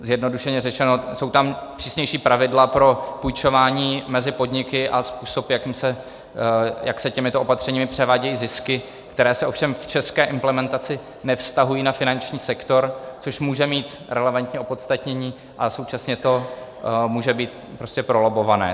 Zjednodušeně řečeno, jsou tam přísnější pravidla pro půjčování mezi podniky a způsob, jak se těmito opatřeními převádějí zisky, které se ovšem v české implementaci nevztahují na finanční sektor, což může mít relevantní opodstatnění a současně to může být prolobbované.